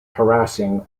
harassing